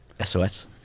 SOS